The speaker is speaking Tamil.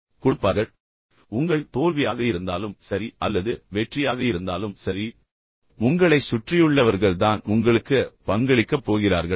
நினைவில் கொள்ளுங்கள் ஆரம்பத்தில் நான் சொன்னேன் அது உங்கள் தோல்வியாக இருந்தாலும் சரி அல்லது உங்கள் வெற்றியாக இருந்தாலும் சரி உங்களைச் சுற்றியுள்ளவர்கள்தான் உங்களுக்கு பங்களிக்கப் போகிறார்கள்